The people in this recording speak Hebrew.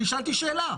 שאלתי שאלה.